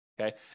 okay